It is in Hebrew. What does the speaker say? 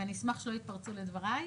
ואני אשמח שלא יתפרצו לדבריי.